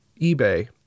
eBay